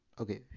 Okay